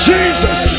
Jesus